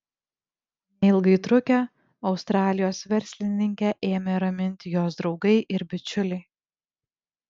neilgai trukę australijos verslininkę ėmė raminti jos draugai ir bičiuliai